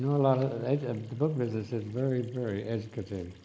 a lot. the book business is very, very educative.